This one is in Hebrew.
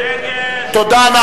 תודה.